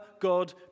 God